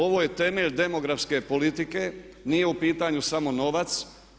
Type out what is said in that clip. Ovo je temelj demografske politike, nije u pitanju samo novac.